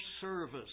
service